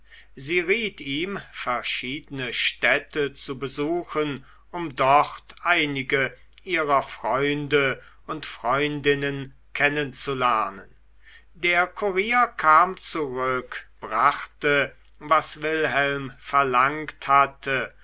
sie riet ihm verschiedene städte zu besuchen um dort einige ihrer freunde und freundinnen kennen zu lernen der kurier kam zurück brachte was wilhelm verlangt hatte